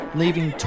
leaving